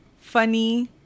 funny